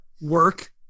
work